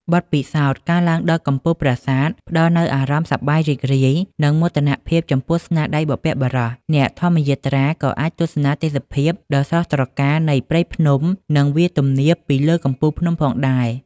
បទពិសោធន៍ការឡើងដល់កំពូលប្រាសាទ ផ្តល់នូវអារម្មណ៍សប្បាយរីករាយ និងមោទនភាពចំពោះស្នាដៃបុព្វបុរស អ្នកធម្មយាត្រាក៏អាចទស្សនាទេសភាពដ៏ស្រស់ត្រកាលនៃព្រៃភ្នំ និងវាលទំនាបពីលើកំពូលភ្នំផងដែរ។